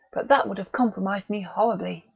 but that would have compromised me horribly!